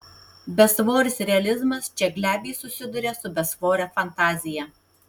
besvoris realizmas čia glebiai susiduria su besvore fantazija